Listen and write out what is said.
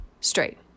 Straight